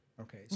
Okay